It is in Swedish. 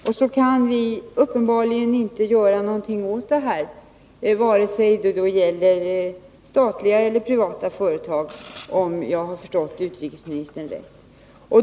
Då kan vi, om jag förstått utrikesministern rätt, inte göra någonting, vare sig det gäller statliga eller privata företag.